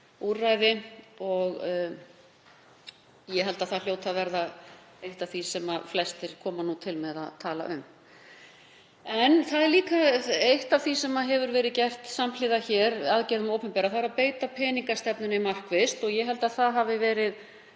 að tala um. Eitt af því sem hefur verið gert samhliða aðgerðum hins opinbera er að beita peningastefnunni markvisst og ég held að það hafi verið